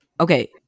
Okay